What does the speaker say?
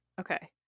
Okay